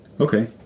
Okay